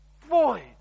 void